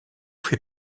fait